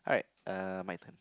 alright uh my turn